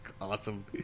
Awesome